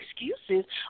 excuses